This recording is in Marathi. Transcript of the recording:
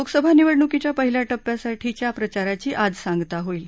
लोकसभा निवडणुकीच्या पहिल्या टप्प्यासाठीच्या प्रचाराची आज सांगता होईल